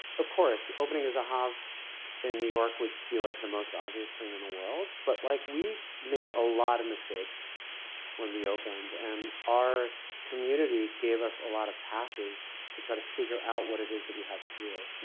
of course, opening a zahav in new york would be like the most obvious thing in the world. but like we made a lot of mistakes when we opened, and our community gave us a lot of passes to try to figure out what it is that we had to do.